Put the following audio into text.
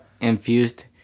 infused